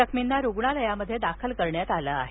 जखमींना रुग्णालयामध्ये दाखल करण्यात आलं आहे